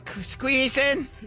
squeezing